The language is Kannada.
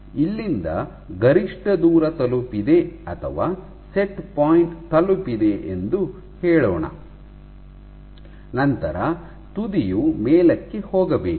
ಇಲ್ಲಿಂದ ಗರಿಷ್ಠ ದೂರ ತಲುಪಿದೆ ಅಥವಾ ಸೆಟ್ ಪಾಯಿಂಟ್ ತಲುಪಿದೆ ಎಂದು ಹೇಳೋಣ ನಂತರ ಇಲ್ಲಿಂದ ತುದಿಯು ಮೇಲಕ್ಕೆ ಹೋಗಬೇಕು